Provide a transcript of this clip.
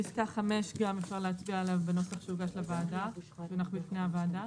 גם על פסקה (5) אפשר להצביע בנוסח שהוגש והונח בפני הוועדה.